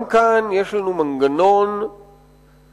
גם כאן יש לנו מנגנון דרמטי,